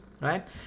right